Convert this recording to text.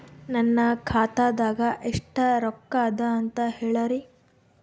ನನ್ನ ಖಾತಾದಾಗ ಎಷ್ಟ ರೊಕ್ಕ ಅದ ಅಂತ ಹೇಳರಿ?